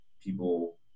people